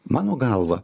mano galva